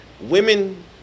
women